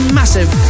massive